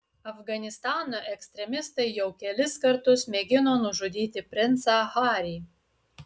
afganistano ekstremistai jau kelis kartus mėgino nužudyti princą harį